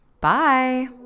Bye